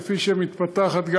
כפי שמתפתחת,